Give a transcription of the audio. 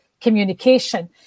communication